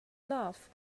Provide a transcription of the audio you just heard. love